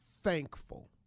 thankful